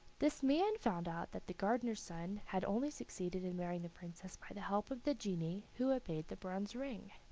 this man found out that the gardener's son had only succeeded in marrying the princess by the help of the genii who obeyed the bronze ring.